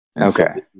Okay